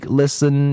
listen